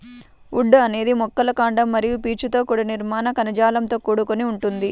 would అనేది మొక్కల కాండం మరియు పీచుతో కూడిన నిర్మాణ కణజాలంతో కూడుకొని ఉంటుంది